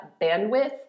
bandwidth